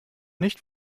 nicht